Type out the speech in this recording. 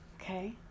Okay